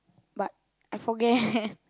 but I forget